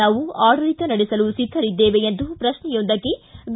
ನಾವು ಆಡಳಿತ ನಡೆಸಲು ಸಿದ್ಧರಿದ್ದೇವೆ ಎಂದು ಪ್ರಕ್ಷೆಯೊಂದಕ್ಕೆ ಬಿ